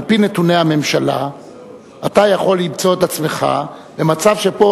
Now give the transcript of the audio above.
שעל-פי נתוני הממשלה אתה יכול למצוא את עצמך במצב שבו